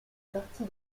partie